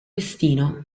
destino